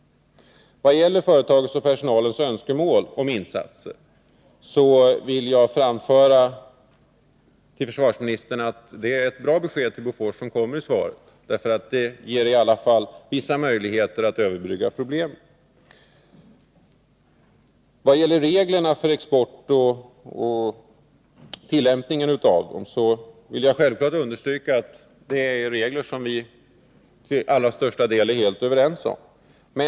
Vad gäller företagets och personalens önskemål om insatser vill jag framföra till försvarsministern att det är ett bra besked för Bofors som kommer i svaret. Det ger i alla fall vissa möjligheter att överbrygga problemen. Vad gäller reglerna för export och tillämpningen av dem vill jag självfallet understryka att vi till allra största delen är helt överens om dessa regler.